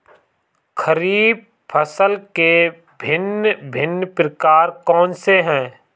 खरीब फसल के भिन भिन प्रकार कौन से हैं?